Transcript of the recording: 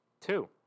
Two